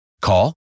Call